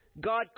God